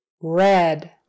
Red